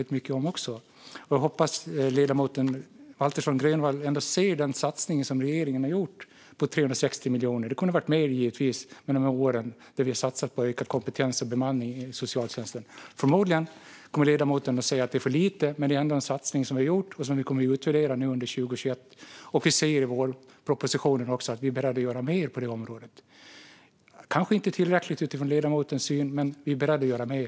Jag hoppas ändå att ledamoten Waltersson Grönvall ser den satsning på 360 miljoner som regeringen har gjort. Det kunde givetvis ha varit mer under de här åren, det vi satsade på ökad kompetens och bemanning inom socialtjänsten. Förmodligen kommer ledamoten att säga att det är för lite, men det är ändå en satsning som vi har gjort och som vi kommer att utvärdera under 2021. Vi säger också i vårpropositionen att vi är beredda att göra mer på det området. Det kanske inte är tillräckligt utifrån ledamotens syn, men vi är absolut beredda att göra mer.